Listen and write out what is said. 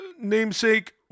namesake